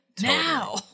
now